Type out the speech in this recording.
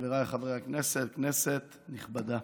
חבריי חברי הכנסת, כנסת נכבדה,